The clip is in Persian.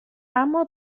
اما